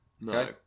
No